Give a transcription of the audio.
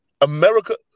America